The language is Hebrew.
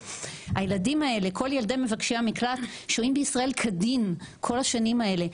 הילדים האלה כל ילדי מבקשי המקלט שוהים בישראל כדין כל השנים האלה,